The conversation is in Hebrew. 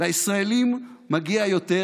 לישראלים מגיע יותר,